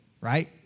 right